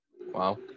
Wow